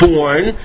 Born